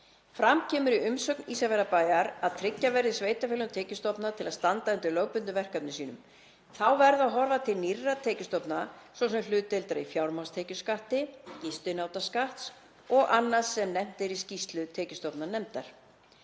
Fram kemur í umsögn Ísafjarðarbæjar að tryggja verði sveitarfélögum tekjustofna til að standa undir lögbundnum verkefnum sínum. Þá verði að horfa til nýrra tekjustofna, svo sem hlutdeildar í fjármagnstekjuskatti, gistináttaskatts og annars sem nefnt er í skýrslu tekjustofnanefndar.